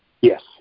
Yes